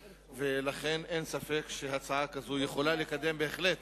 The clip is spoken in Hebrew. ולכן, אין ספק שהצעה כזאת יכולה לקדם בהחלט